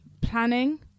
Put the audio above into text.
planning